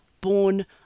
born